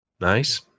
Nice